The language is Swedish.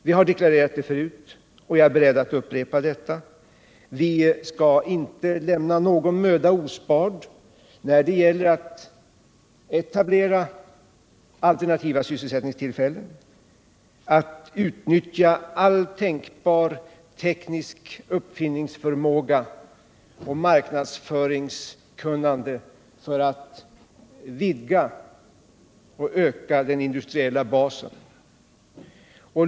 Vi har deklarerat detta förut, och jag är beredd att upprepa det: Vi skall inte lämna någon möda ospard när det gäller att etablera alternativa sysselsättningstillfällen utan utnyttja all tänkbar teknisk uppfinningsförmåga och allt marknadsföringskunnande för att vidga och öka den industriella basen.